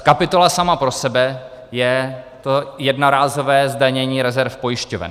Kapitola sama pro sebe je to jednorázové zdanění rezerv pojišťoven.